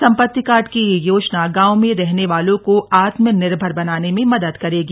सम्पत्ति कार्ड की यह योजना गावों में रहने वालों को आत्मनिर्भर बनाने में मदद करेगी